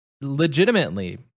legitimately